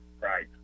Right